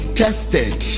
tested